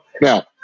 Now